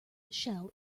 shell